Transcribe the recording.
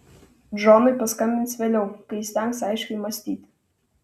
džonui paskambins vėliau kai įstengs aiškiai mąstyti